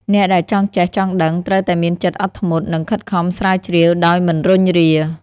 អ្នកដែលចង់ចេះ ចង់ដឹង ត្រូវតែមានចិត្តអត់ធ្មត់ និងខិតខំស្រាវជ្រាវដោយមិនរុញរា។